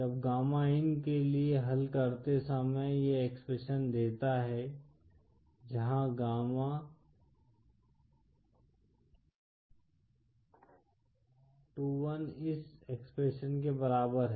जब गामा इन के लिए हल करते समय यह एक्सप्रेशन देता है जहां गामा 21 इस एक्सप्रेशन के बराबर है